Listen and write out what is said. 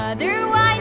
Otherwise